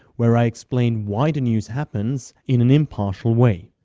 where i explain why the news happens in an impartial way.